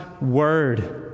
word